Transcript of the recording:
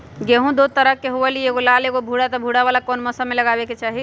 गेंहू दो तरह के होअ ली एगो लाल एगो भूरा त भूरा वाला कौन मौसम मे लगाबे के चाहि?